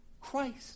Christ